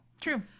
true